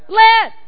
let